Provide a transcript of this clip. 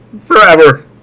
forever